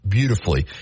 Beautifully